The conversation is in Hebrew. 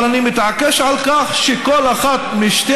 אבל אני מתעקש על כך שכל אחת משתי